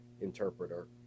interpreter